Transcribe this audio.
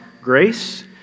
grace